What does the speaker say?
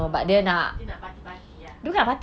oh dia nak party party lah